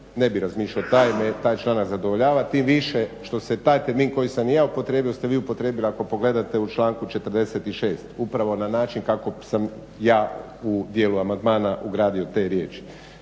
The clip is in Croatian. ne bi razmišljao jer me taj članak zadovoljava tim više što se taj termin koji sam i ja upotrijebio ste vi upotrijebili ako pogledate u članku 46. upravo na način kako sam ja u dijelu amandmana ugradio te riječi.